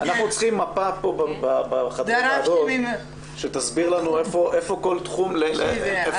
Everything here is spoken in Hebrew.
אנחנו צריכים מפה שתסביר לנו איפה כל תחום עכשיו.